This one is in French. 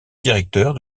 directeur